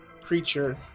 creature